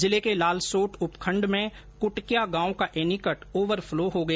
जिले के लालसोट उपखंड में कुटक्या गांव का एनीकट ओवरफ्लो हो गया